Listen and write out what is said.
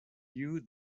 you